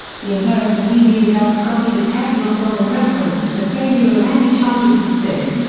the american media dubbed gotti the teflon don in reference to the failure of any charges to stick.